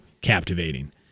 captivating